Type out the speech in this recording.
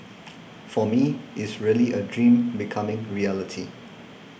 for me is really a dream becoming reality